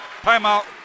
timeout